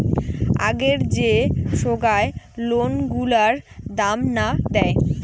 আগের যে সোগায় লোন গুলার দাম না দেয়